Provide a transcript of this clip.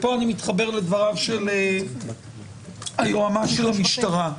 ופה אני מתחבר לדבריו של היועמ"ש של המשטרה,